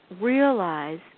realize